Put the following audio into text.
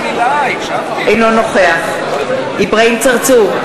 אינו נוכח אברהים צרצור,